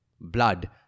Blood